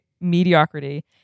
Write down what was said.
mediocrity